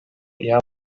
iama